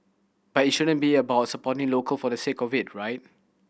but it shouldn't be about supporting local for the sake of it right